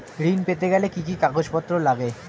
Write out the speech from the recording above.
ঋণ পেতে গেলে কি কি কাগজপত্র লাগে?